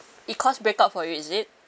it cause break out for you is it